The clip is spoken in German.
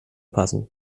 passen